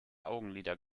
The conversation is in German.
augenlider